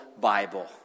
Bible